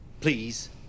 please